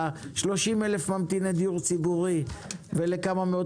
ל-30 אלף ממתיני דיור ציבורי ולכמה מאות